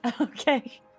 Okay